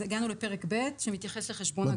סעיף 3. אז הגענו לפרק ב' שמתייחס לחשבון גז.